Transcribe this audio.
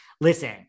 Listen